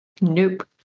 Nope